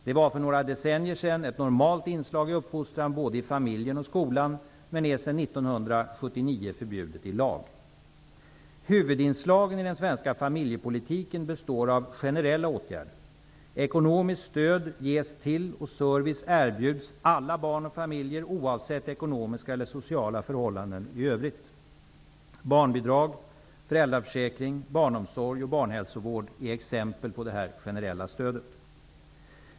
Det var för några decennier sedan ett normalt inslag i uppfostran både i familjen och skolan men är sedan Huvudsinslagen i den svenska familjepolitiken består av generella åtgärder. Ekonomiskt stöd ges till och service erbjuds alla barn och familjer oavsett ekonomiska eller sociala förhållanden i övrigt. Barnbidrag, föräldraförsäkring, barnomsorg och barnhälsovård är exempel på detta generella stöd.